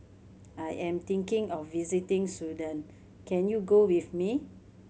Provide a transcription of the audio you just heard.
I am thinking of visiting Sudan can you go with me